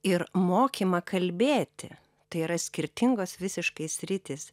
ir mokymą kalbėti tai yra skirtingos visiškai sritys